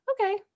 okay